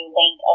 link